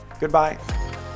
Goodbye